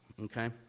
Okay